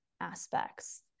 aspects